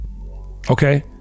okay